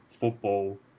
football